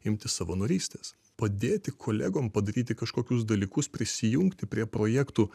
imtis savanorystės padėti kolegom padaryti kažkokius dalykus prisijungti prie projektų